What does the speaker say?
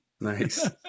nice